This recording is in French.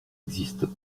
existent